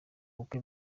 bukwe